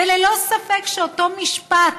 ללא ספק אותו משפט